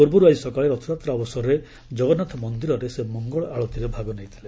ପୂର୍ବରୁ ଆଜି ସକାଳେ ରଥଯାତ୍ରା ଅବସରରେ ଜଗନ୍ଧାଥ ମନ୍ଦିରରେ ସେ ମଙ୍ଗଳ ଆଳତିରେ ଭାଗ ନେଇଥିଲେ